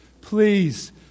please